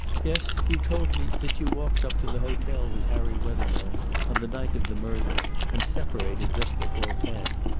yes. you told me that you walked up to the hotel with harry wethermill on the night of the murder and separated just before ten.